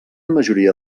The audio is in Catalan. majoria